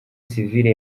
sivile